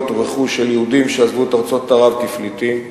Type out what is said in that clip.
רכוש של יהודים שעזבו את ארצות ערב כפליטים.